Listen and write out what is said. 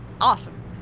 Awesome